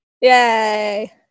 Yay